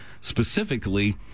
specifically